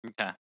Okay